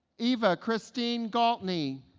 eva christine gaultney